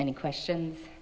many questions